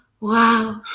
wow